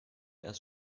erst